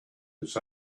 its